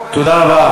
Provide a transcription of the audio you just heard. תודה רבה,